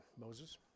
Moses